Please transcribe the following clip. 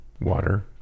water